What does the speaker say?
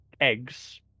eggs